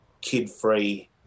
kid-free